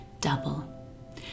double